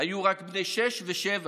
היו רק בני שש ושבע